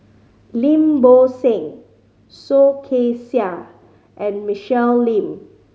Lim Bo Seng Soh Kay Siang and Michelle Lim